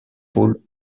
pôle